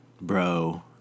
bro